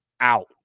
out